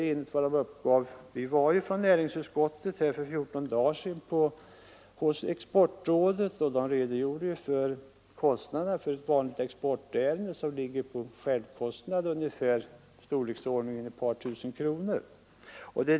Då näringsutskottet för 14 dagar sedan besökte Exportrådet fick vi en redogörelse för kostnaderna i ett vanligt exportärende, och därvid lämnades uppgiften att det rörde sig om ett par tusen kronor.